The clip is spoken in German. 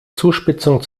zuspitzung